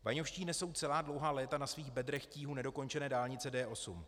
Vaňovští nesou celá dlouhá léta na svých bedrech tíhu nedokončené dálnice D8.